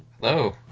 Hello